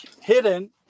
hidden